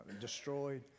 destroyed